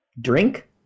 Drink